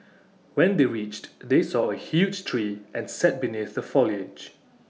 when they reached they saw A huge tree and sat beneath the foliage